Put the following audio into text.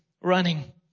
running